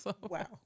Wow